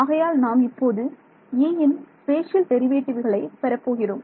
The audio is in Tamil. ஆகையால் நாம் இப்போது Eயின் ஸ்பேஷியல் டெரிவேட்டிவ்களை பெறப் போகிறோம்